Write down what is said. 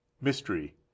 Mystery